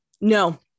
No